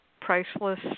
priceless